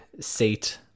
seat